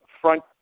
front